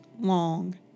long